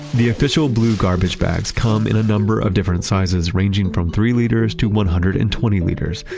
the official blue garbage bags come in a number of different sizes, ranging from three liters to one hundred and twenty liters.